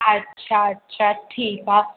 अच्छा अच्छा ठीकु आहे